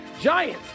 Giants